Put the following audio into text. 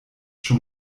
schon